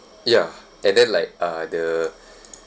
ya and then like uh the